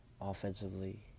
Offensively